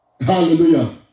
Hallelujah